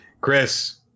Chris